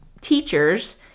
teachers